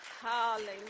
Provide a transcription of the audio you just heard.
Hallelujah